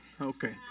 Okay